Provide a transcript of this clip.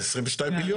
עשרים ושניים מיליון.